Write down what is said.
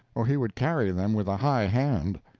or he would carry them with a high hand.